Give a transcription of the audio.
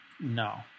no